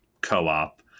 co-op